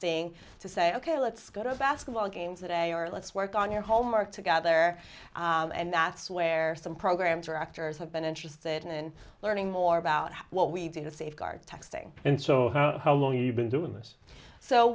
texting to say ok let's go to a basketball games that a or let's work on your homework together and that's where some programs or actors have been interested in learning more about what we do to safeguard texting and so how long we been doing this so